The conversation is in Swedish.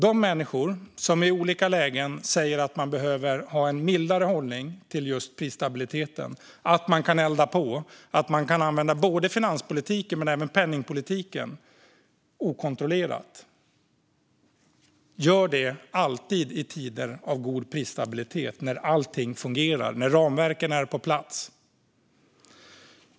De människor som i olika lägen säger att man behöver ha en mildare hållning till just prisstabiliteten - att man kan elda på, att man kan använda både finanspolitiken och penningpolitiken okontrollerat - gör alltid det i tider av god prisstabilitet när allting fungerar och när ramverken är på plats.